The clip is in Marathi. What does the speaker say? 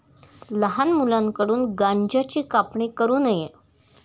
लहान मुलांकडून गांज्याची कापणी करू नये